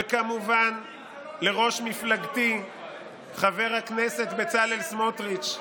וכמובן לראש מפלגתי חבר הכנסת בצלאל סמוטריץ',